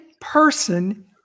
person